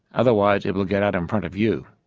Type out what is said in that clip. otherwise it will get out in front of you.